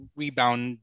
rebound